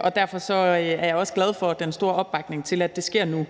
og derfor er jeg også glad for den store opbakning til, at det sker nu.